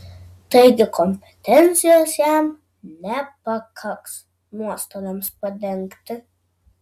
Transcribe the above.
taigi kompensacijos jam nepakaks nuostoliams padengti